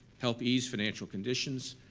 help ease financial conditions,